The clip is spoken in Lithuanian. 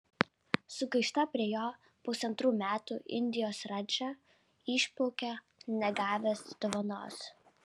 sugaišta prie jo pusantrų metų indijos radža išplaukia negavęs dovanos